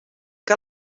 que